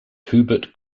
hubert